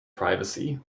privacy